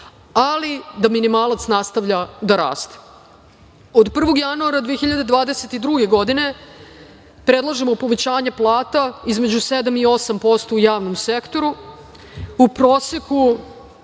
ali da minimalac nastavlja da raste. Od 1. januara 2022. godine predlažemo povećanje plata između 7% i 8% u javnom sektoru u proseku,